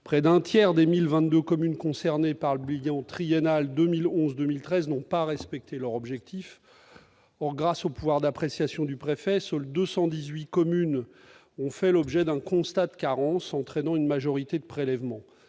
Près d'un tiers des 1 022 communes concernées par le bilan triennal 2011-2013 n'ont pas respecté leur objectif. Or, grâce au pouvoir d'appréciation du préfet, seules 218 communes ont fait l'objet d'un constat de carence, entraînant une majoration de prélèvement.